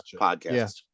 podcast